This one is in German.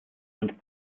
und